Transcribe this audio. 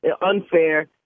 unfair